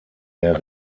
der